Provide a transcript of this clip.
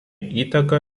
įtaka